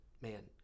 man